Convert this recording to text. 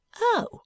Oh